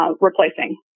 replacing